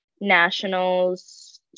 Nationals